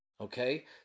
Okay